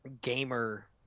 gamer